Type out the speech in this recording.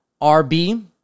RB